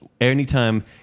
anytime